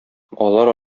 алар